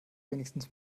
wenigstens